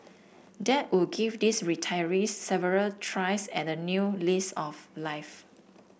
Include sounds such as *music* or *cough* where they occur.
that would give these retirees several tries at a new *unintelligible* of life